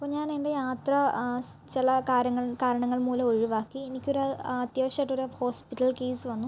അപ്പോൾ ഞാൻ എൻ്റെ യാത്ര ചില കാര്യങ്ങൾ കാരണങ്ങൾ മൂലം ഒഴിവാക്കി എനിക്കൊരു അത്യാവശ്യവായിട്ടൊരു ഹോസ്പിറ്റൽ കേസ് വന്നു